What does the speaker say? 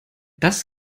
das